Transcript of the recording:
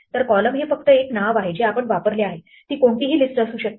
तर कॉलम हे फक्त एक नाव आहे जे आपण वापरले आहे ती कोणतीही लिस्ट असू शकते